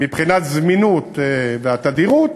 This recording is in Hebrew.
מבחינת זמינות ותדירות,